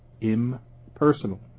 impersonal